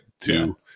two